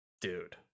Dude